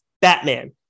Batman